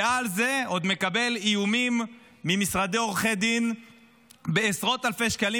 ועל זה עוד מקבל איומים ממשרדי עורכי דין בעשרות אלפי שקלים,